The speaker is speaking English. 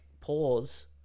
pause